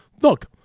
look